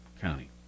county